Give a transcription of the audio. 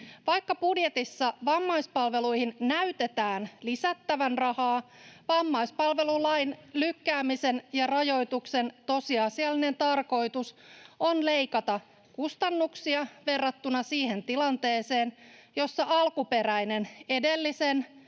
Vaikka budjetissa vammaispalveluihin näytetään lisättävän rahaa, vammaispalvelulain lykkäämisen ja rajoituksen tosiasiallinen tarkoitus on leikata kustannuksia verrattuna siihen tilanteeseen, jossa alkuperäinen edellisen,